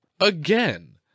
again